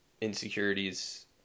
insecurities